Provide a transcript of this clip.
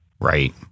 Right